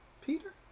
Peter